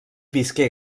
visqué